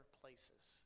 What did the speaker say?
places